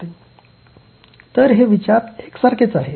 " तर हे विचार एकसारखेच आहेत